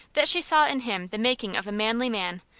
that she saw in him the making of a manly man,